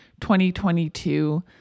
2022